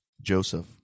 Joseph